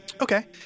Okay